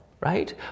right